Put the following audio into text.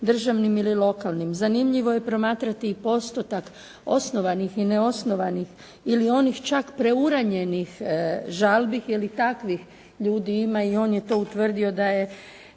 državnim ili lokalnim. Zanimljivo je promatrati i postotak osnovanih i neosnovanih ili onih čak preuranjenih žalbi, jer i takvih ljudi ima i on je to utvrdio da je